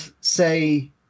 say